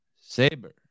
Saber